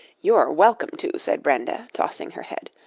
you're welcome to, said brenda, tossing her head,